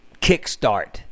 kickstart